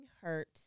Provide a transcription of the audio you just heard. hurt